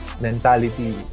mentality